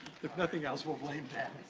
if nothing else, we'll blame dan.